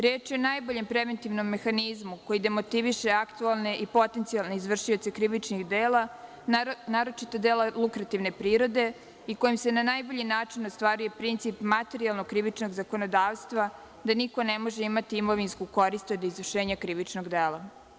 Reč je o najboljem preventivnom mehanizmu koji demotiviše aktuelne i potencijalne izvršioce krivičnih dela, naročito dela lukrativne prirode i kojim se na najbolji način ostvaruje princip materijalnog krivičnog zakonodavstva da niko ne može imati imovinsku korist od izvršenja krivičnog dela.